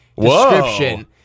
description